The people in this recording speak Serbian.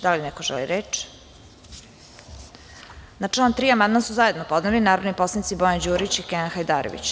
Da li neko želi reč? (Ne.) Na član 3. amandman su zajedno podneli narodni poslanici Bojan Đurić i Kenan Hajdarević.